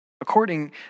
according